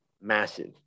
massive